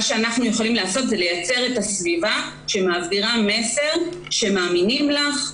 מה שאנחנו יכולים לעשות זה ליצור סביבה שמעבירה מסר שמאמינים לך,